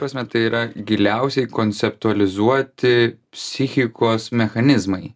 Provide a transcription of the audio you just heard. prasme tai yra giliausiai konceptualizuoti psichikos mechanizmai